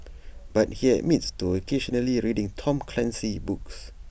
but he admits to occasionally reading Tom Clancy books